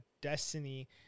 Destiny